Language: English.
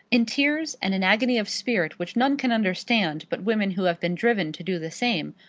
in tears and an agony of spirit which none can understand but women who have been driven to do the same,